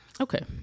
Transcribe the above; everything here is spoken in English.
Okay